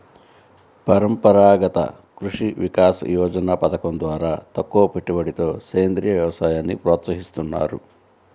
పరంపరాగత కృషి వికాస యోజన పథకం ద్వారా తక్కువపెట్టుబడితో సేంద్రీయ వ్యవసాయాన్ని ప్రోత్సహిస్తున్నారు